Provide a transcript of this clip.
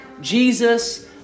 Jesus